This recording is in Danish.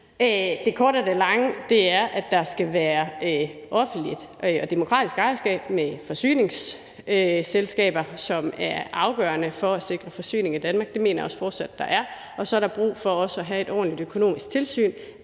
Det korte af det lange er, at der skal være offentligt og demokratisk ejerskab i forhold til forsyningsselskaberne, som er afgørende for at sikre forsyning i af Danmark. Det mener jeg også fortsat der er, og så er der brug for også at have et ordentligt økonomisk tilsyn,